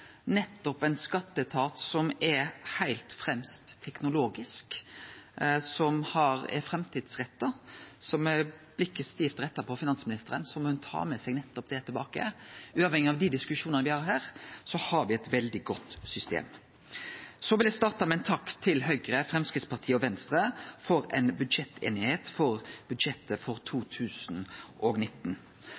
nettopp ein skatteetat som er heilt fremst teknologisk, som er framtidsretta. Så med blikket stivt retta mot finansministeren: Ho må ta med seg nettopp det tilbake. Uavhengig av dei diskusjonane me har her, har me eit veldig godt system. Eg vil starte med ein takk til Høgre, Framstegspartiet og Venstre for einigheita om budsjettet for 2019.